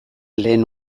lehen